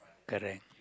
correct